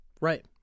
Right